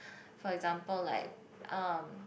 for example like um